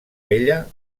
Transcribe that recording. vella